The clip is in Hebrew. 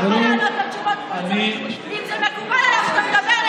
חברת הכנסת מאי גולן, נא לשבת.